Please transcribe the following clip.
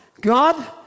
God